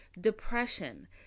depression